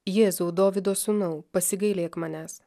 jėzau dovydo sūnau pasigailėk manęs